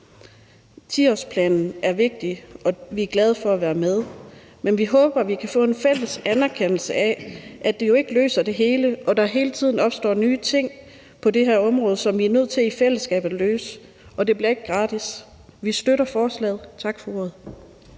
10-årsplanen er vigtig, og vi er glade for at være med, men vi håber, vi kan få en fælles anerkendelse af, at det jo ikke løser det hele, og at der hele tiden opstår nye ting på det her område, som vi er nødt til i fællesskab at løse, og det bliver ikke gratis. Vi støtter forslaget. Tak for ordet.